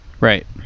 right